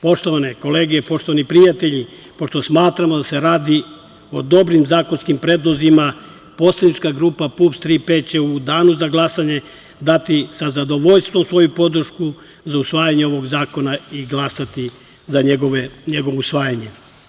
Poštovane kolege i poštovani prijatelji, pošto smatramo da se radi o dobrim zakonskim predlozima poslanička grupa PUPS Tri-P će u danu za glasanje dati sa zadovoljstvom svoju podršku za usvajanje ovog zakona i glasati za njegovo usvajanje.